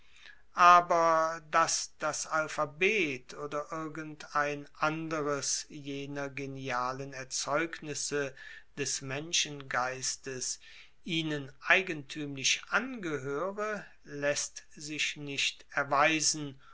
aber dass das alphabet oder irgendein anderes jener genialen erzeugnisse des menschengeistes ihnen eigentuemlich angehoere laesst sich nicht erweisen